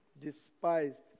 despised